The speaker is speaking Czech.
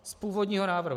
Z původního návrhu.